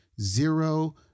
zero